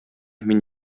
мин